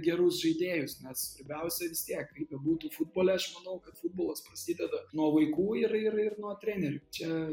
gerus žaidėjus nes svarbiausia vis tiek kaip bebūtų futbole aš manau kad futbolas prasideda nuo vaikų ir ir ir nuo trenerių čia